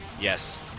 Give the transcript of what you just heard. Yes